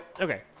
Okay